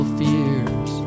fears